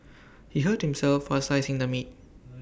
he hurt himself while slicing the meat